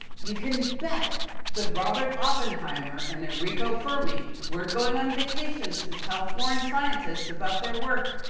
you can bet that robert oppenheimer and enrico fermi were going on vacations to tell foreign scientists about their work.